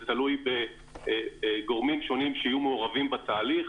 זה תלוי בגורמים שונים שיהיו מעורבים בתהליך,